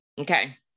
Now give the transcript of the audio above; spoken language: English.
okay